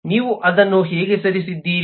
ನೀವು ಅದನ್ನು ಹೇಗೆ ಸರಿಸಿದ್ದೀರಿ